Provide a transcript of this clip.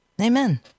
Amen